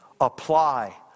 Apply